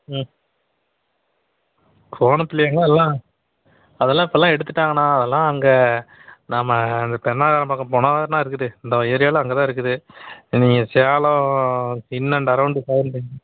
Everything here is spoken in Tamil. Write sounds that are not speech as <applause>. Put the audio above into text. ம் கோணப் புளியங்காய் எல்லாம் அதெல்லாம் இப்போல்லாம் எடுத்துட்டாங்கண்ணா அதெல்லாம் அங்கே நம்ம அந்த தென்னகரம் பக்கம் போனால் தான்ணா இருக்குது இந்த ஏரியாவில் அங்கே தான் இருக்குது நீங்கள் சேலம் தின் அண்டு அரௌண்டு <unintelligible>